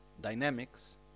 dynamics